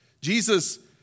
Jesus